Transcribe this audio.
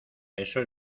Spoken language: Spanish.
eso